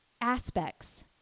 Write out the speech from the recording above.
aspects